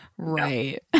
Right